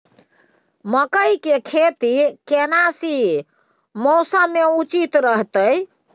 मकई के खेती केना सी मौसम मे उचित रहतय?